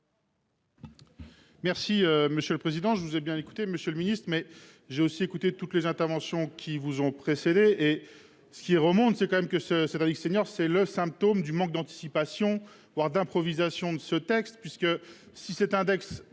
Merci, monsieur le Président, je vous ai bien écouté Monsieur le Ministre, mais j'ai aussi écouté toutes les interventions qui vous ont précédés et ce qui remonte, c'est quand même que ce cet index seniors c'est le symptôme du manque d'anticipation, voire d'improvisation de ce texte puisque si cet index